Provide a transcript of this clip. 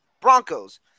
Broncos